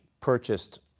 purchased